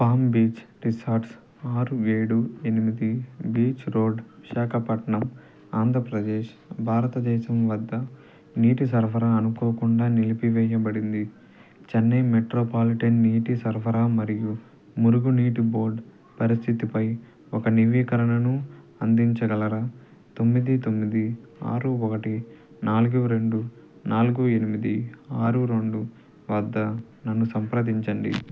palm Beach Resorts ఆరు ఏడు ఎనిమిది బీచ్ రోడ్ విశాఖపట్నం ఆంధ్రప్రదేశ్ భారతదేశం వద్ద నీటి సరఫరా అనుకోకుండా నిలిపివేయబడింది చెన్నై మెట్రోపాలిటన్ నీటి సరఫరా మరియు మురుగునీటి బోర్డ్ పరిస్థితిపై ఒక నవీకరణను అందించగలరా తొమ్మిది తొమ్మిది ఆరు ఒకటి నాలుగు రెండు నాలుగు ఎనిమిది ఆరు రెండు వద్ద నన్ను సంప్రదించండి